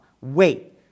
Wait